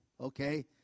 Okay